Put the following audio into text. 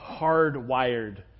hardwired